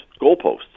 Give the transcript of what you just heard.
goalposts